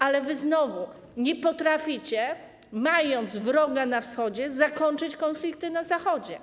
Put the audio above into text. Ale wy znowu nie potraficie, mając wroga na Wschodzie, zakończyć konfliktu na Zachodzie.